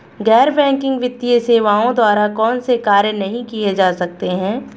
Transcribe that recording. गैर बैंकिंग वित्तीय सेवाओं द्वारा कौनसे कार्य नहीं किए जा सकते हैं?